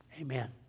Amen